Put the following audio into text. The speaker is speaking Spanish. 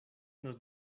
nos